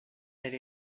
elle